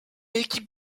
équipe